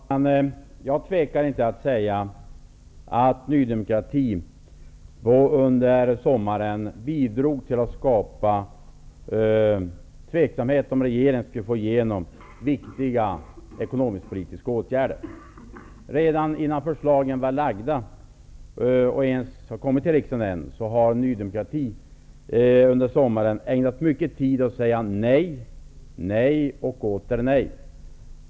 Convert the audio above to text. Herr talman! Jag tvekar inte att säga att Ny demokrati under sommaren bidrog till att skapa tveksamhet om regeringen skulle få igenom viktiga ekonomisk-politiska åtgärder. Redan innan förslagen kommit till riksdagen ägnade Ny demokrati mycket tid åt att säga nej, nej och åter nej.